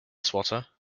swatter